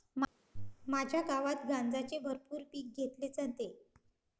माझ्या गावात गांजाचे भरपूर पीक घेतले जाते